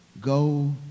go